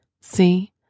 See